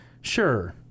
sure